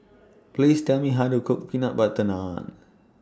Please Tell Me How to Cook Butter Naan